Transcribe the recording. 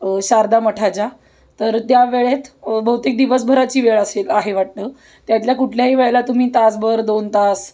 शारदा मठाच्या तर त्या वेळेत बहुतेक दिवसभराची वेळ असेल आहे वाटतं त्यातल्या कुठल्याही वेळेला तुम्ही तासभर दोन तास